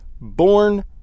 born